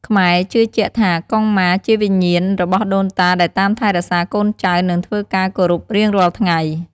ខ្មែរជឿជាក់ថាកុងម៉ាជាវិញ្ញាណរបស់ដូនតាដែលតាមថែរក្សាកូនចៅ និងធ្វើការគោរពរៀងរាល់ថ្ងៃ។